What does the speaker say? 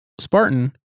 Spartan